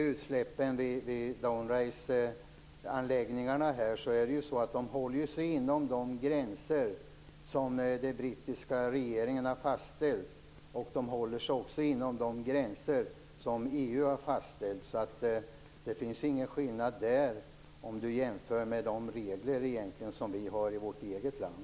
Utsläppen vid Dounreayanläggningarna håller sig inom de gränser som den brittiska regeringen har fastställt. De håller sig också inom de gränser som EU har fastställt. Det finns ingen skillnad jämfört med de regler som vi har i vårt eget land.